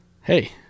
Hey